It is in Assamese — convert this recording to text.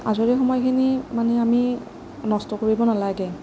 আজৰি সময়খিনি মানে আমি নষ্ট কৰিব নালাগে